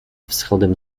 wschodem